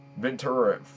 Ventura